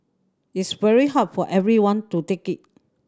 it's very hard for everyone to take it